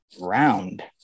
round